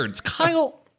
Kyle